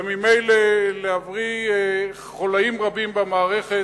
וממילא להבריא חוליים רבים במערכת.